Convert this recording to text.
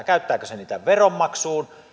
käyttääkö se niitä veronmaksuun